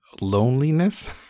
loneliness